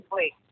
Wait